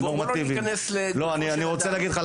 יש לי